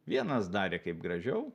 vienas darė kaip gražiau